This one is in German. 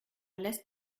lässt